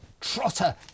trotter